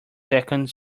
second